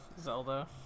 Zelda